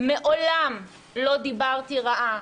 מעולם לא דיברתי רעה,